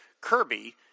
Kirby